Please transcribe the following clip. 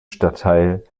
stadtteil